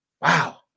Wow